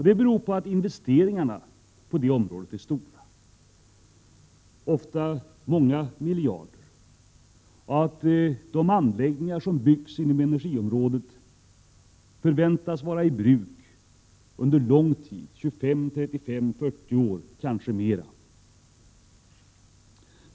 Det beror på att investeringarna där är stora — det rör sig ofta om många miljarder — och på att de anläggningar som byggs förväntas vara i bruk under lång tid, 25-40 år, kanske ännu längre.